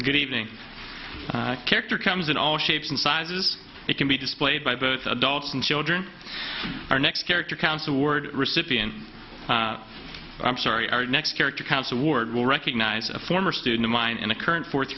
good evening character comes in all shapes and sizes it can be displayed by both adults and children our next character counts award recipient i'm sorry our next character counts award will recognize a former student of mine in a current fourth